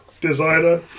Designer